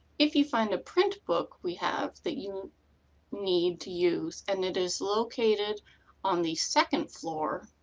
if you find a print book we have that you need to use and it is located on the second floor